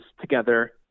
together